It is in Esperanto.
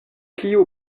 kiu